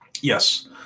Yes